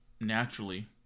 naturally